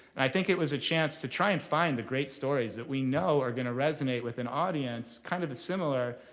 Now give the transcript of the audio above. and i think it was a chance to try and find the great stories that we know are going to resonate with an audience, kind of the similar,